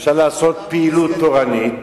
שאפשר לעשות פעילות תורנית